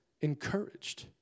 encouraged